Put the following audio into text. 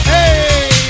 Hey